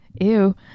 Ew